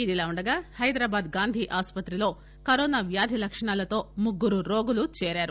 ఇలా ఉండగా హైదరాబాద్ గాంధీ ఆసుపత్రిలో కరోనా వ్యాధి లక్షణాలతో ముగ్గురు రోగులు చేరారు